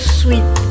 sweet